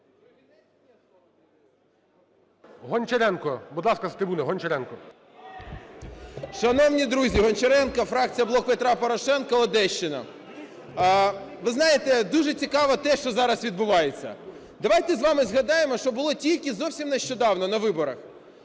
Шановні друзі! Гончаренко, фракція "Блок Петра Порошенка", Одещина. Ви знаєте, дуже цікаво те, що зараз відбувається. Давайте з вами згадаємо, що було тільки зовсім нещодавно на виборах.